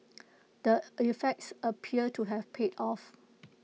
the efforts appear to have paid off